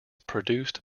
produced